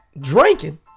drinking